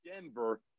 Denver